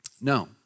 No